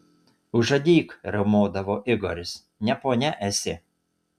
užadyk riaumodavo igoris ne ponia esi